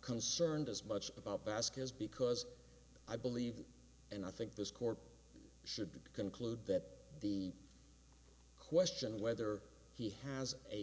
concerned as much about basque is because i believe and i think this court should conclude that the question whether he has a